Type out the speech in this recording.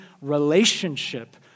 relationship